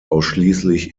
ausschließlich